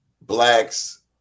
blacks